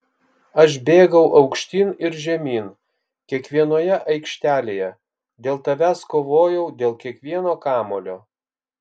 aš bėgau aukštyn ir žemyn kiekvienoje aikštelėje dėl tavęs kovojau dėl kiekvieno kamuolio